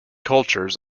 cultures